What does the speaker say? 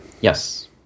Yes